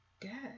Dead